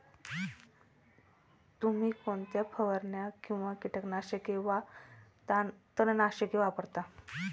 तुम्ही कोणत्या फवारण्या किंवा कीटकनाशके वा तणनाशके वापरता?